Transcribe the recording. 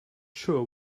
sure